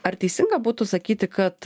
ar teisinga būtų sakyti kad